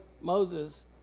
Moses